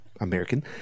American